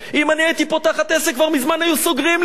אם אני הייתי פותחת עסק, כבר מזמן היו סוגרים לי.